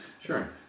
Sure